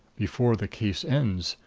before the case ends,